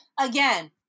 again